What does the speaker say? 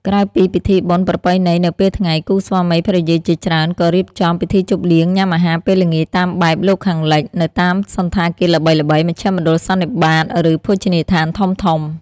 ក្រៅពីពិធីបុណ្យប្រពៃណីនៅពេលថ្ងៃ គូស្វាមីភរិយាជាច្រើនក៏រៀបចំ ពិធីជប់លៀងញាំអាហារពេលល្ងាចតាមបែបលោកខាងលិច នៅតាមសណ្ឋាគារល្បីៗ មជ្ឈមណ្ឌលសន្និបាត ឬភោជនីយដ្ឋានធំៗ ។